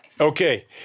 Okay